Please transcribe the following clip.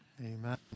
Amen